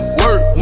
work